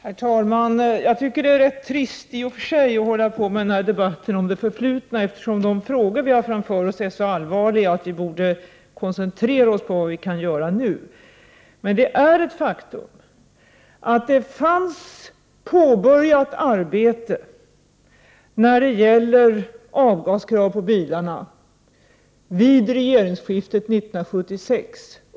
Ommiskat HERRDR. er 7 AE kväveoxider från väg Herr talman! Jag tycker att det i och för sig är rätt trist att hålla på med en trafiken debatt om det förflutna, eftersom de frågor som vi har framför oss är så allvarliga att vi borde koncentrera oss på vad vi skall göra nu. Men det är ett faktum att det fanns påbörjat arbete när det gäller avgaskrav på bilarna vid regeringsskiftet 1976.